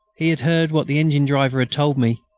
he had heard what the engine-driver had told me,